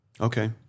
Okay